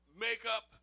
makeup